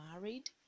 married